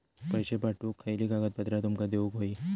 पैशे पाठवुक खयली कागदपत्रा तुमका देऊक व्हयी?